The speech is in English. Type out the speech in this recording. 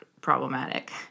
problematic